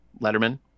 Letterman